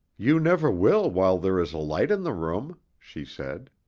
you never will while there is a light in the room, she said.